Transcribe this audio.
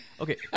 Okay